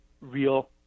real